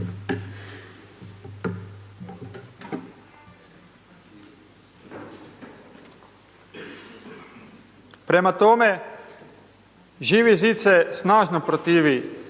Prema tome, Živi zid se snažno protivi